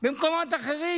במקומות אחרים,